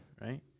right